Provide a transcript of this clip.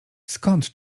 skąd